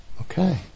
Okay